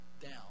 down